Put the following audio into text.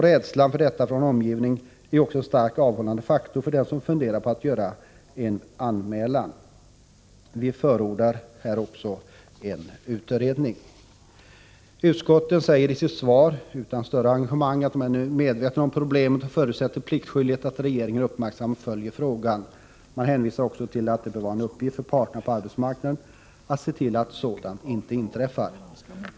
Rädslan för trakasserier från omgivningen är också en starkt avhållande faktor för den som funderar på att göra en anmälan. Vi förordar också här en utredning. Utskottet säger i sitt svar — utan större engagemang — att man är medveten om problemet och förutsätter pliktskyldigt att regeringen uppmärksamt följer frågan. Man hänvisar också till att det bör vara en uppgift för parterna på arbetsplatserna att se till att sådant inte inträffar.